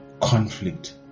conflict